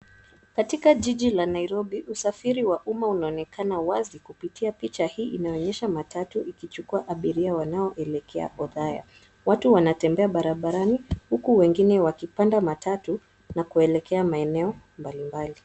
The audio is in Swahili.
Katika jiji la Nairobi usafiri wa umma unaonekana wazi kupitia picha hii inayoonyesha matatu ikichukua abiria wanaoelekea Othaya. Watu wanatembea barabarani huku wengine wakipanda matatu na kuelekea maeneo mbalimbali.